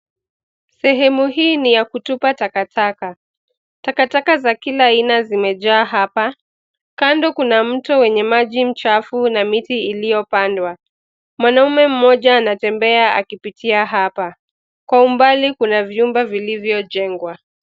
Sehemu hii ni ya kutupa takataka, takataka za kila aina zimejaa hapa, kando kuna mto wenye maji mchafu na miti iliyopandwa, mwanaume mmoja anatembea akipitia hapa, kwa umbali kuna vyumba vilivyojengwa.